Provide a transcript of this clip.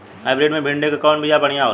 Hybrid मे भिंडी क कवन बिया बढ़ियां होला?